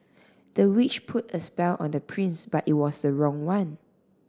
the witch put a spell on the prince but it was the wrong one